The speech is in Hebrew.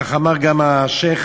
כך אמר גם השיח'